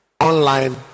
online